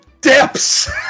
depths